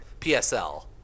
PSL